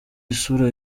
isura